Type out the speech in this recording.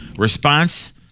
Response